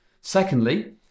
Secondly